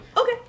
Okay